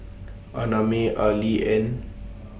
Annamae Arlie and